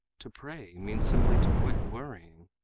to pray means simply to quit worrying,